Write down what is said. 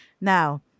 Now